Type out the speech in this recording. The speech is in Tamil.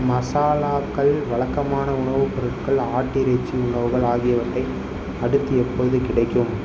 மசாலாக்கள் வழக்கமான உணவுப் பொருட்கள் ஆட்டிறைச்சி உணவுகள் ஆகியவற்றை அடுத்து எப்போது கிடைக்கும்